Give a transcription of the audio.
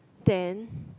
then